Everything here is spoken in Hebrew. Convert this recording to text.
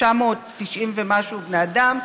990 ומשהו בני אדם,